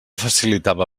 facilitava